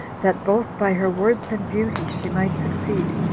that both by her words and beauty she might succeed,